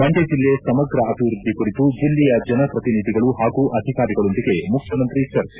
ಮಂಡ್ಕ ಜಿಲ್ಲೆ ಸಮಗ್ರ ಅಭಿವೃದ್ದಿ ಕುರಿತು ಜಿಲ್ಲೆಯ ಜನಪ್ರತಿನಿಧಿಗಳು ಹಾಗೂ ಅಧಿಕಾರಿಗಳೊಂದಿಗೆ ಮುಖ್ಯಮಂತ್ರಿ ಚರ್ಚೆ